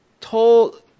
told